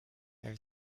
there